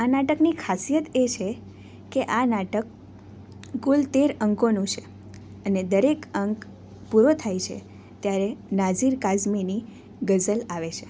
આ નાટકની ખાસિયત એ છે કે આ નાટક કુલ તેર અંકોનો છે અને દરેક અંક પૂરો થાય છે ત્યારે નાઝિર કાઝમીની ગઝલ આવે છે